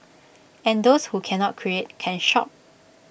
and those who cannot create can shop